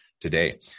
today